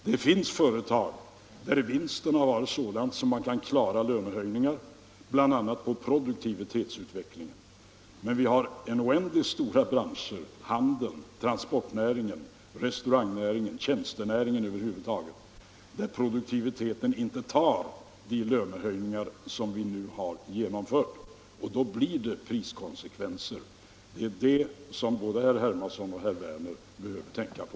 Det finns företag där vinsten har varit sådan, bl.a. på produktivitetsutvecklingen, att man kan klara lönehöjningar. Men vi har oändligt stora branscher — handeln, transportnäringen, restaurangnäringen, tjänstenäringen över huvud taget, där produktiviteten inte kompenserar de lönehöjningar som vi nu har genomfört, och då blir det priskonsekvenser. Det är det som både herr Hermansson och herr Werner behöver tänka på.